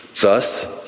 Thus